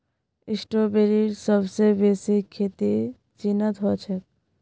स्ट्रॉबेरीर सबस बेसी खेती चीनत ह छेक